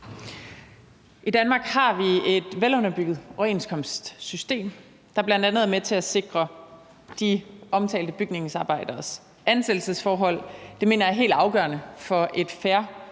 I Danmark har vi et velunderbygget overenskomstsystem, der bl.a. er med til at sikre de omtalte bygningsarbejderes ansættelsesforhold. Det mener jeg er helt afgørende for et fair